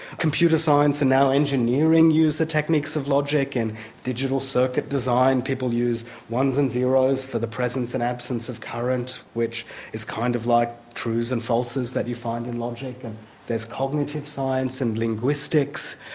computer science and now engineering use the techniques of logic and digital circuit design people use ones and zeroes for the presence and absence of current which is kind of like trues and falses that you find in logic. and there's cognitive science and linguistics.